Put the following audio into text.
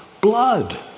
blood